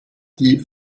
die